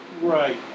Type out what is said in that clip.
right